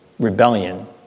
rebellion